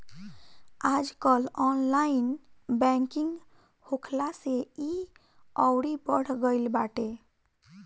आजकल online banking होखला से इ अउरी बढ़ गईल बाटे